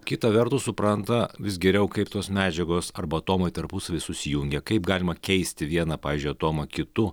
kita vertus supranta vis geriau kaip tos medžiagos arba atomai tarpusavy susijungia kaip galima keisti vieną pavyzdžiui atomą kitu